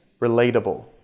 relatable